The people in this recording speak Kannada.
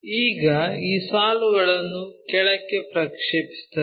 ಈಗ ಈ ಸಾಲುಗಳನ್ನು ಕೆಳಕ್ಕೆ ಪ್ರಕ್ಷೇಪಿಸುತ್ತದೆ